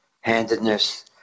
handedness